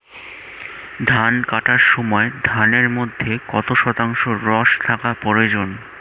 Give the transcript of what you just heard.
ধান কাটার সময় ধানের মধ্যে কত শতাংশ রস থাকা প্রয়োজন?